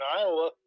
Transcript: Iowa